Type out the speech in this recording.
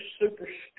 superstitious